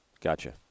Gotcha